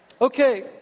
Okay